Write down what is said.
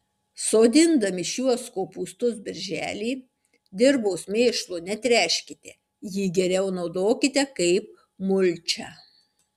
sodindami šiuos kopūstus birželį dirvos mėšlu netręškite jį geriau naudokite kaip mulčią